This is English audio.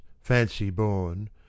fancy-born